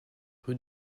rue